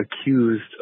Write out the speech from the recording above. accused